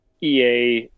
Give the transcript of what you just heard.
EA